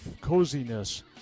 coziness